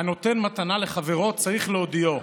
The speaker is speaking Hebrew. "הנותן מתנה לחברו צריך להודיעו,